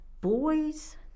boys